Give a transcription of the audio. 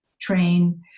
train